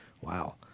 Wow